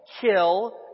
Kill